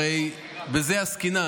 הרי בזה עסקינן,